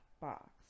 box